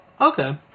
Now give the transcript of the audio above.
Okay